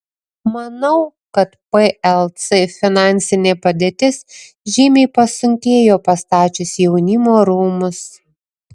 manau kad plc finansinė padėtis žymiai pasunkėjo pastačius jaunimo rūmus